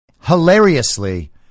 hilariously